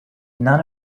none